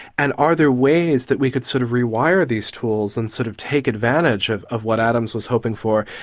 and are there ways that we could sort of rewire these tools and sort of take advantage of of what adams was hoping for,